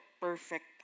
perfect